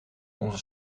onze